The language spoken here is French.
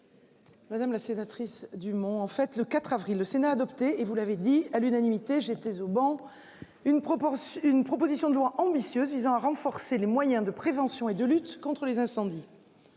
Madame la sénatrice du Mont en fait le 4 avril, le Sénat a adopté et vous l'avez dit à l'unanimité. J'étais au banc. Une proportion une proposition de loi ambitieuse visant à renforcer les moyens de. Prévention et de lutte contre les incendies.